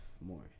more